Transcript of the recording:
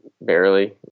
barely